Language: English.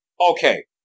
Okay